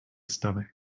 stomach